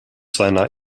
seiner